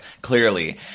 clearly